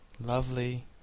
Lovely